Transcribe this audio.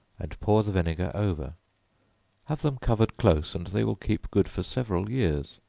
and pour the vinegar over have them covered close, and they will keep good for several years.